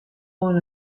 oan